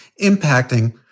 impacting